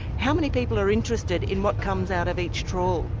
how many people are interested in what comes out of each trawl?